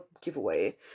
giveaway